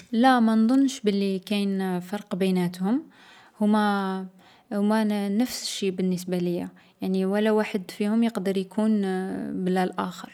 لا ما نظنش بلي كاين فرق بيناتهم، هوما هوما نـ نفس الشي بالنسبة ليا، يعني و لا واحد فيهم يقدر يكون بلا الآخر.